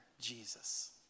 Jesus